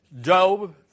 Job